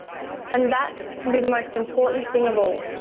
and that can be the most important thing of all.